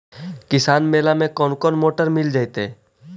किसान मेला में कोन कोन मोटर मिल जैतै?